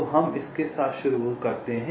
तो हम इसके साथ शुरू करते हैं